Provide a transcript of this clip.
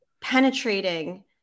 penetrating